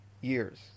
years